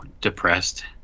depressed